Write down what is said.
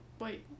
Wait